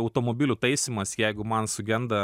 automobilių taisymas jeigu man sugenda